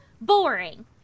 boring